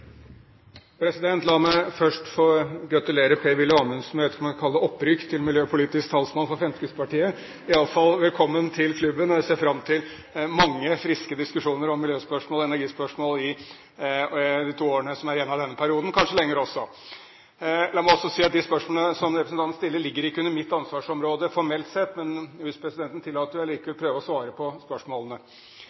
La meg først få gratulere Per-Willy Amundsen med opprykk – jeg vet ikke om jeg kan kalle det det – til miljøpolitisk talsmann for Fremskrittspartiet. Iallfall: Velkommen til klubben! Jeg ser fram til mange friske diskusjoner om miljøspørsmål og energispørsmål i de to årene som er igjen av denne perioden – kanskje lenger også. La meg også si at de spørsmålene som representanten stiller, ligger ikke under mitt ansvarsområde formelt sett, men hvis presidenten tillater, vil jeg allikevel prøve å svare på spørsmålene.